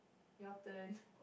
your turn